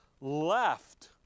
left